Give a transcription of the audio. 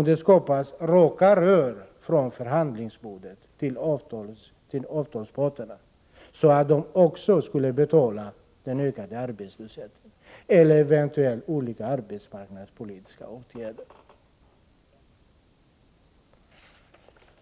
att det skapas raka rör från förhandlingsbordet till avtalsparterna, så att dessa också får betala kostnaderna för arbetslösheten eller eventuellt olika arbetsmarknadspolitiska åtgärder.